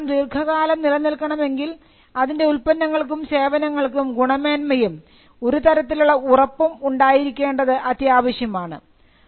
ഈ സ്ഥാപനം ദീർഘകാലം നിലനിൽക്കണമെങ്കിൽ അതിൻറെ ഉൽപ്പന്നങ്ങൾക്കും സേവനങ്ങൾക്കും ഗുണമേന്മയും ഒരു തരത്തിലുള്ള ഉറപ്പും ഉണ്ടായിരിക്കേണ്ടത് അത്യാവശ്യമാണ്